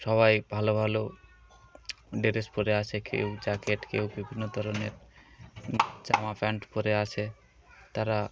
সবাই ভালো ভালো ড্রেস পরে আসে কেউ জ্যাকেট কেউ বিভিন্ন ধরনের জামা প্যান্ট পরে আসে তারা